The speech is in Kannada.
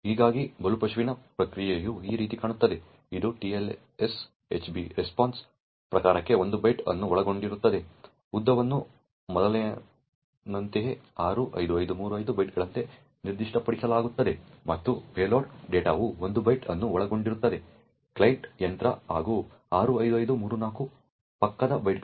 ಹೀಗಾಗಿ ಬಲಿಪಶುವಿನ ಪ್ರತಿಕ್ರಿಯೆಯು ಈ ರೀತಿ ಕಾಣುತ್ತದೆ ಇದು TLS HB RESPONSE ಪ್ರಕಾರಕ್ಕೆ 1 ಬೈಟ್ ಅನ್ನು ಒಳಗೊಂಡಿರುತ್ತದೆ ಉದ್ದವನ್ನು ಮೊದಲಿನಂತೆಯೇ 65535 ಬೈಟ್ಗಳಂತೆ ನಿರ್ದಿಷ್ಟಪಡಿಸಲಾಗುತ್ತದೆ ಮತ್ತು ಪೇಲೋಡ್ ಡೇಟಾವು 1 ಬೈಟ್ ಅನ್ನು ಒಳಗೊಂಡಿರುತ್ತದೆ ಕ್ಲೈಂಟ್ ಯಂತ್ರ ಹಾಗೂ 65534 ಪಕ್ಕದ ಬೈಟ್ಗಳು